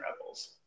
Rebels